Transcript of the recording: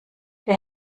der